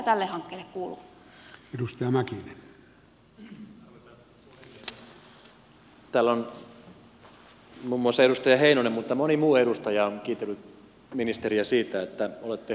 täällä on muun muassa edustaja heinonen mutta moni muukin edustaja kiitellyt ministeriä siitä että olette huolissanne kunnasta